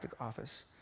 office